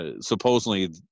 supposedly